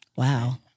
Wow